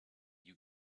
you